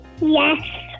Yes